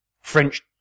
French